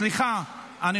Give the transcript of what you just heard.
סליחה, סליחה.